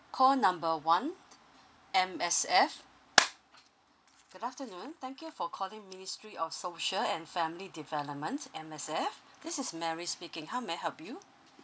call number one M_S_F good afternoon thank you for calling ministry of social and family development M_S_F this is mary speaking how may I help you